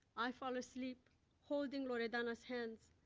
i fall asleep holding loredana's hands,